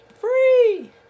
Free